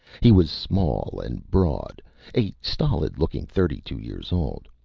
he was small and broad a stolid-looking thirty-two years old.